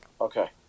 Okay